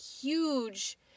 huge